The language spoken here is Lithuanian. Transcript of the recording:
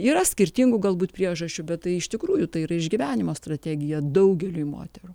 yra skirtingų galbūt priežasčių bet tai iš tikrųjų tai yra išgyvenimo strategija daugeliui moterų